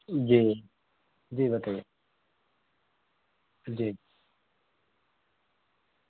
جی جی بتائیے جی